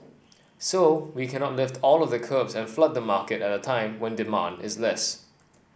so we cannot lift all of the curbs and flood the market at a time when demand is less